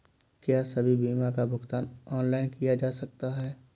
क्या सभी बीमा का भुगतान ऑनलाइन किया जा सकता है?